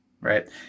right